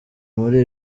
muri